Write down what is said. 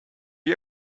you